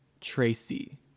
Tracy